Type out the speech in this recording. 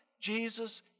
Jesus